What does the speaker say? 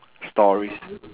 stories